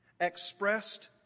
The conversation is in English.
expressed